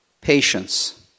patience